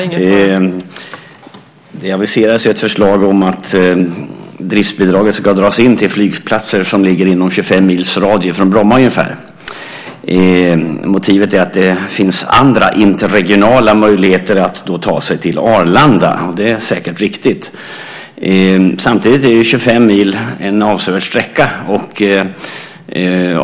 Fru talman! Det aviseras ett förslag om att driftbidraget ska dras in för flygplatser som ligger inom ungefär 25 mils radie från Bromma. Motivet är att det finns andra interregionala möjligheter att ta sig till Arlanda. Det är säkert riktigt. Samtidigt är 25 mil en avsevärd sträcka.